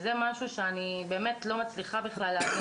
זה משהו שאני לא מצליחה להבין.